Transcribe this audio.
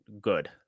good